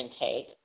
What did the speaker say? intake